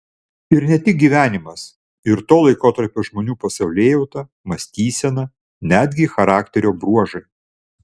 ir ne tik gyvenimas ir to laikotarpio žmonių pasaulėjauta mąstysena netgi charakterio bruožai